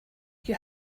you